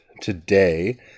today